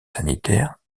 sanitaires